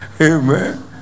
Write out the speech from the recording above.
Amen